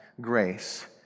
grace